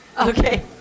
Okay